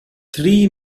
three